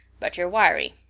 but you're wiry.